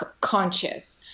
conscious